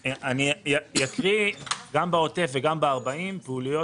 אני אקריא: גם בעוטף וגם עד 40 קילומטר,